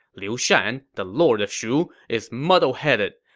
liu shan, the lord of shu, is muddleheaded.